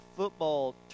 football